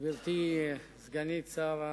גברתי סגנית שר התמ"ת,